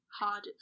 hard